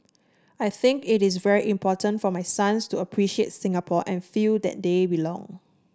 I think it is very important for my sons to appreciate Singapore and feel that they belong